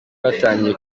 batangiye